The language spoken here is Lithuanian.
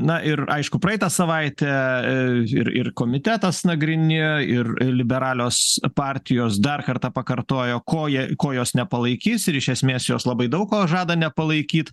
na ir aišku praeitą savaitę ir ir komitetas nagrinėjo ir liberalios partijos dar kartą pakartojo ko jie ko jos nepalaikys ir iš esmės jos labai daug ko žada nepalaikyt